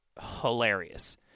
hilarious